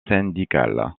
syndicales